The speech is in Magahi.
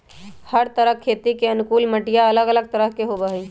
हर तरह खेती के अनुकूल मटिया अलग अलग तरह के होबा हई